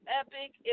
epic